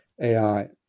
AI